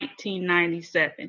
1997